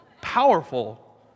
powerful